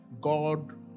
God